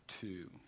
two